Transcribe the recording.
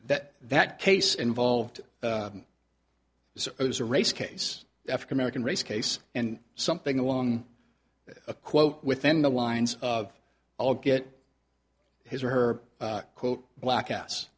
that that case involved was a race case african american race case and something along a quote within the lines of i'll get his or her quote black